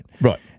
Right